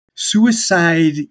suicide